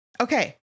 Okay